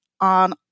on